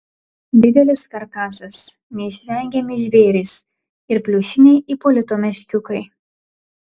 didelis karkasas neišvengiami žvėrys ir pliušiniai ipolito meškiukai